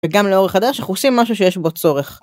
וגם לאורך הדרך אנחנו עושים משהו שיש בו צורך